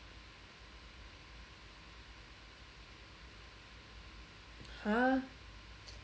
!huh!